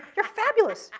you're fabulous.